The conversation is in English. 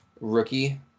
rookie